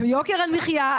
ויוקר המחיה,